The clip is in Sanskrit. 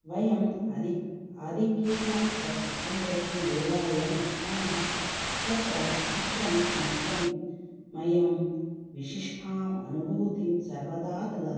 वयम् आधिक्येन तच्चित्रं द्रष्टुं देवालयं गच्छामः तत्र चित्रं मह्यं मह्यं विशिष्टां अनुभूतिं सर्वदा ददाति